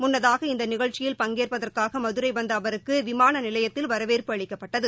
முன்னதாக இந்த நிகழ்ச்சியில் பங்கேற்பதற்காக மதுரை வந்த அவருக்கு விமான நிலையத்தில் வரவேற்பு அளிக்கப்பட்டது